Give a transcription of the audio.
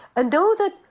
and know that,